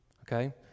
okay